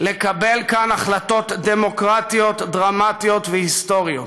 לקבל כאן החלטות דמוקרטיות דרמטיות והיסטוריות